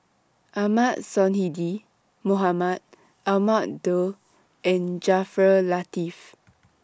Ahmad Sonhadji Mohamad Ahmad Daud and Jaafar Latiff